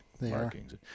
markings